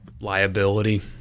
liability